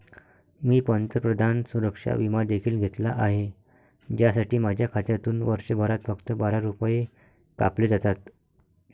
मी पंतप्रधान सुरक्षा विमा देखील घेतला आहे, ज्यासाठी माझ्या खात्यातून वर्षभरात फक्त बारा रुपये कापले जातात